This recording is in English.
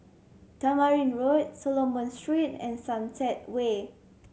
Tamarind Road Solomon Street and Sunset Way